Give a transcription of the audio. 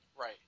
Right